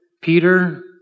Peter